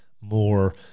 more